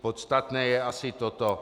Podstatné je asi toto.